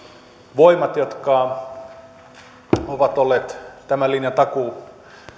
voimat jotka ovat olleet tämän linjan takuumiehinä